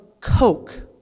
Coke